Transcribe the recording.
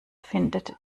findet